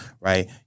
right